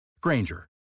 Granger